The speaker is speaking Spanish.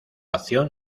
acción